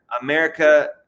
America